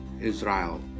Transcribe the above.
Israel